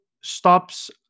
stops